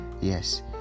yes